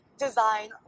design